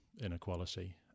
inequality